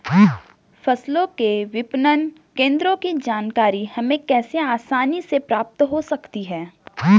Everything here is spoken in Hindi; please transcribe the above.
फसलों के विपणन केंद्रों की जानकारी हमें कैसे आसानी से प्राप्त हो सकती?